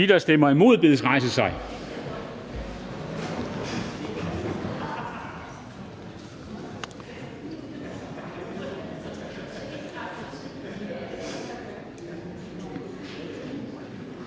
Tak. De, der stemmer imod, bedes rejse sig.